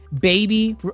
baby